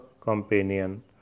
companion